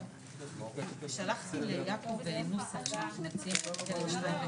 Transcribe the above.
משרד האוצר, בואו תגיבו אתם על הסעיף הה.